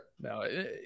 No